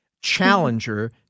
challenger